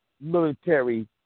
military